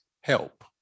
help